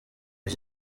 iki